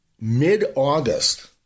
mid-August